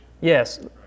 Yes